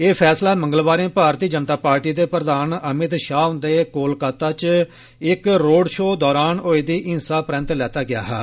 एह् फैसला मंगलवारें भारतीय जनता पार्टी दे प्रधान अमित षाह हुन्दे कोलकाता च इक्क रोड़ षो दौरान होई दी हिंसा परैंत लैता गेया हा